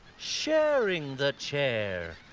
sharing the chair.